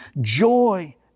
joy